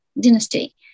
dynasty